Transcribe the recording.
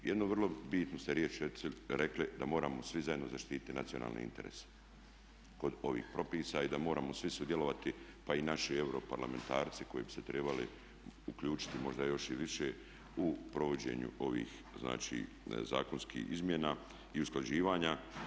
Jednu vrlo bitnu ste riječ rekli, da moramo svi zajedno zaštititi nacionalne interese kod ovih propisa i da moramo svi sudjelovati pa i naši europarlamentarci koji bi se trebali uključiti možda još i više u provođenju ovih, znači zakonskih izmjena i usklađivanja.